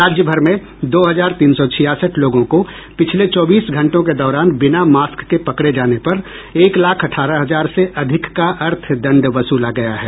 राज्य भर में दो हजार तीन सौ छियासठ लोगों को पिछले चौबीस घंटों के दौरान बिना मास्क के पकड़े जाने पर एक लाख अठारह हजार से अधिक का अर्थदंड वसूला गया है